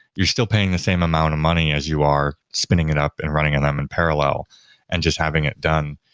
you're still paying the same amount of money as you are spinning it up and running on them in parallel and just having it done.